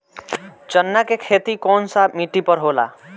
चन्ना के खेती कौन सा मिट्टी पर होला?